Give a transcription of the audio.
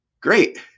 great